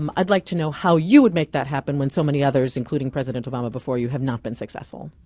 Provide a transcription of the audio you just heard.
um i'd like to know how you would make that happen when so many others, including president obama before you, have not been successful.